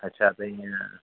अच्छा त हीअं